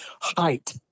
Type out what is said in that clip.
height